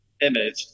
image